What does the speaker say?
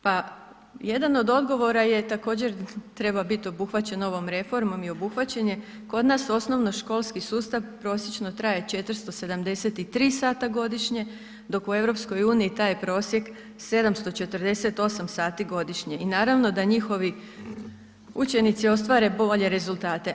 Pa, jedan od odgovora je također treba biti obuhvaćen ovom reformom i obuhvaćen je, kod nas osnovnoškolski sustav prosječno traje 473 sata godišnje dok u EU taj je prosjek 748 sati godišnje i naravno da njihovi učenici ostvare bolje rezultate.